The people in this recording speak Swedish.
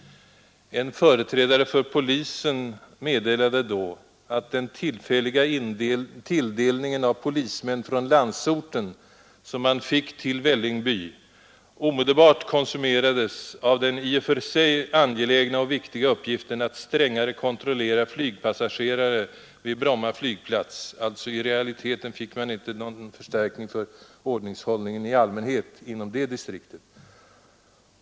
En företrädare för polisen meddelade då att den tillfälliga tilldelning av polismän från landsorten, som man fick till Vällingby, omedelbart ”konsumerades” av den i och för sig angelägna och viktiga uppgiften att strängare kontrollera flygpassagerare vid Bromma flygplats. I realiteten — och detta är belysande — fick man alltså ingen förstärkning alls inom det distriktet för ordningshållningen i allmänhet.